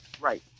right